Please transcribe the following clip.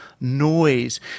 noise